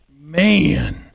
Man